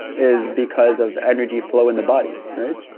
is because of energy flow in the body, right?